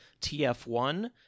TF1